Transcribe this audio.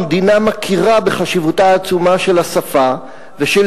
המדינה מכירה בחשיבותן העצומה של השפה ושל